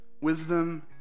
Wisdom